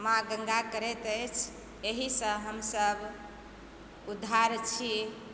माँ गङ्गा करैत अछि एहिसँ हमसब उद्धार छी